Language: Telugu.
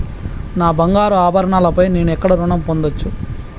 నా బంగారు ఆభరణాలపై నేను ఎక్కడ రుణం పొందచ్చు?